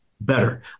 better